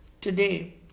Today